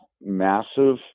massive